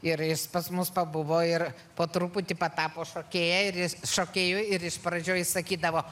ir jis pas mus pabuvo ir po truputį patapo šokėju ir jis šokėju ir iš pradžių jis sakydavo